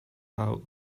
out